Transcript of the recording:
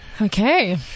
Okay